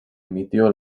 emitió